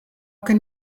can